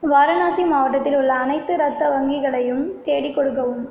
வாரணாசி மாவட்டத்தில் உள்ள அனைத்து இரத்த வங்கிகளையும் தேடிக் கொடுக்கவும்